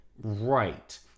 Right